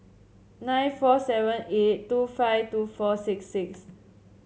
nine four seven eight two five two four six six